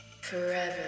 forever